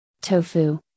Tofu